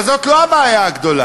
אבל זאת לא הבעיה הגדולה.